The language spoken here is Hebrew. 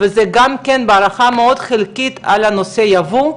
וזה גם בהערכה מאוד חלקית על נושא היבוא.